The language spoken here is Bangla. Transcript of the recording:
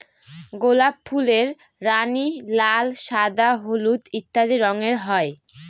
গোলাপ ফুলের রানী, লাল, সাদা, হলুদ ইত্যাদি রঙের হয়